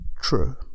True